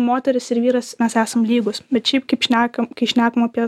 moteris ir vyras mes esam lygūs bet šiaip kaip šnekam kai šnekame apie